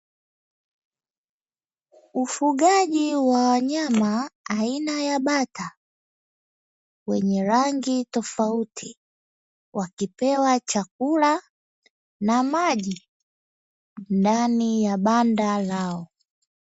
Ufugaji wa wanyama aina ya bata, wenye rangi tofauti wakipewa chakula na maji ndani ya banda lao.